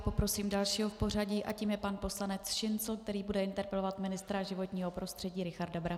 Poprosím dalšího v pořadí a tím je pan poslanec Šincl, který bude interpelovat ministra životního prostředí Richarda Brabce.